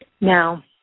Now